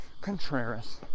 Contreras